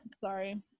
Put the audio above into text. Sorry